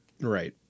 right